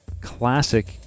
classic